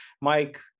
Mike